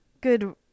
good